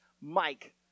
Mike